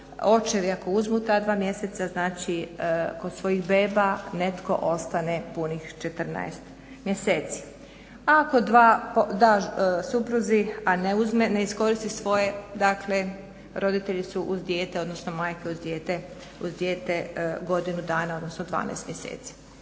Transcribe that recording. očevi ako uzmu ta dva mjeseca, znači kod svojih beba netko ostaje punih 14 mjeseci, a ako dva daš supruzi a ne iskoristiš svoje dakle roditelji su uz dijete, odnosno majka je uz dijete godinu dana odnosno 12 mjeseci.